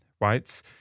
right